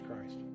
Christ